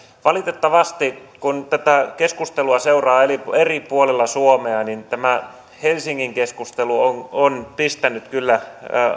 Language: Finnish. valitettavasti kun tätä keskustelua seuraa eri puolilla suomea helsingin keskustelu on pistänyt kyllä